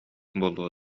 буолуо